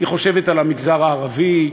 היא חושבת על המגזר הערבי?